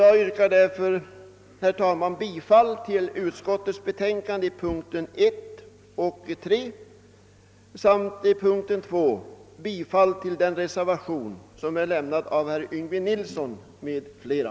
Jag yrkar därför, herr talman, bifall till utskottets betänkande nr 56 under punkterna 1 och 3 samt beträffande punkt 2 bifall till den reservation som lämnats av herr Yngve Nilsson m.fl.